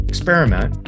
experiment